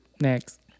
Next